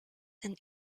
and